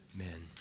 Amen